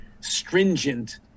stringent